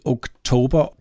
Oktober